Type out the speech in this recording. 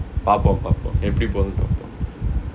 பாப்போம் பாப்போ எப்டி போதுனு பாப்போ:paappom paappo epdi pothunu paappo